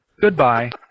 Goodbye